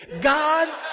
God